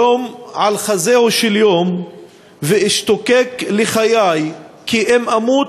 יום על חזהו של יום / ואשתוקק לחיי כי / אם אמות,